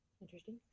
Interesting